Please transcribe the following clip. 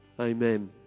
Amen